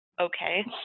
okay